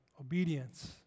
obedience